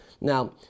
Now